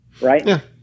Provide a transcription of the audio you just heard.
right